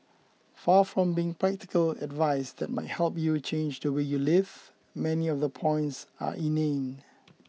far from being practical advice that might help you change the way you live many of the points are inane